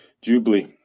Jubilee